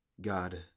God